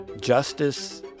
Justice